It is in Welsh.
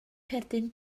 cerdyn